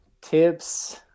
tips